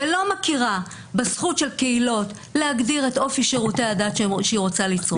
ולא מכירה בזכות של קהילות להגדיר את אופי שירותי הדת שהן רוצות לצרוך,